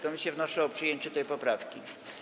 Komisje wnoszą o przyjęcie tej poprawki.